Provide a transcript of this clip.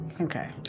Okay